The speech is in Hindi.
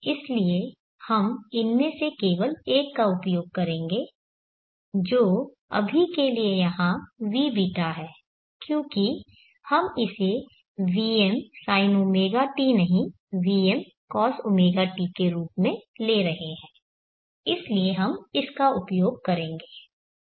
इसलिए हम इनमें से केवल एक का उपयोग करेंगे जो अभी के लिए यहाँ vβ है क्योंकि हम इसे vmsinωt नहीं vmcosωt के रूप में ले रहे हैं इसलिए हम इसका उपयोग करेंगे